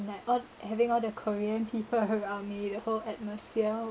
like a~ having all the korean people around me the whole atmosphere